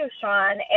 Sean